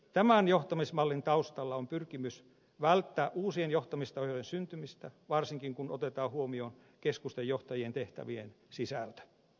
tämän johtamismallin taustalla on pyrkimys välttää uusien johtamistasojen syntymistä varsinkin kun otetaan huomioon keskusten johtajien tehtävien sisältö